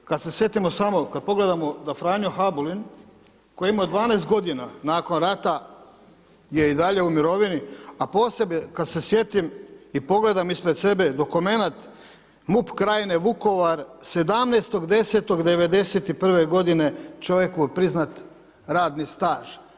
Kada se sjetimo samo, kada pogledamo da Franjo Habulin koji je imao 12 g. nakon rata je i dalje u mirovini, a posebno kada se sjetim i pogledam ispred sebe dokument MUP krajnje Vukovar 17.10.'91. g. čovjeku je priznat radni staž.